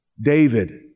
David